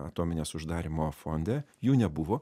atominės uždarymo fonde jų nebuvo